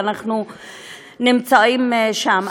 ואנחנו נמצאים שם.